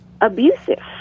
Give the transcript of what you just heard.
abusive